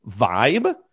vibe